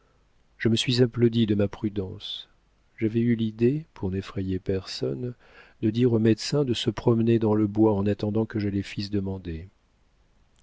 je me suis applaudie de ma prudence j'avais eu l'idée pour n'effrayer personne de dire aux médecins de se promener dans le bois en attendant que je les fisse demander